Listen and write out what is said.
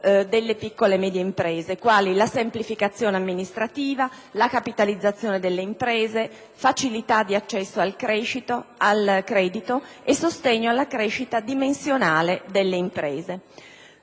delle piccole e medie imprese, quali la semplificazione amministrativa, la capitalizzazione delle imprese, la facilità di accesso al credito e il sostegno alla crescita dimensionale delle imprese.